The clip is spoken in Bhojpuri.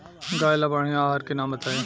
गाय ला बढ़िया आहार के नाम बताई?